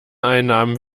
einnahmen